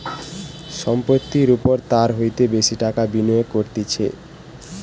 সম্পত্তির ওপর তার হইতে বেশি টাকা বিনিয়োগ করতিছে